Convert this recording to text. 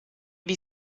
wie